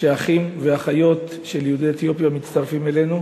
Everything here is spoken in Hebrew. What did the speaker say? שאחים ואחיות של יהודי אתיופיה מצטרפים אלינו.